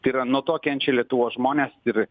tai yra nuo to kenčia lietuvos žmonės ir